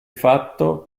fatto